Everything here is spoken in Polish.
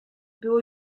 było